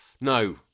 no